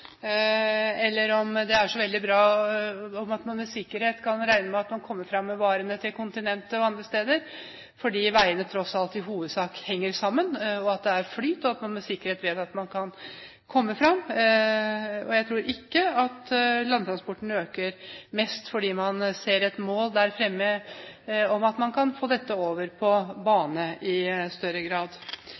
eller om det er så veldig bra at man med sikkerhet kan regne med at man kommer fram med varene til kontinentet og andre steder, fordi veiene, tross alt, i hovedsak henger sammen – det er flyt, og man vet med sikkerhet at man kan komme fram. Jeg tror ikke at landtransporten øker mest fordi man ser et mål der fremme om at man kan få dette over på bane i større grad.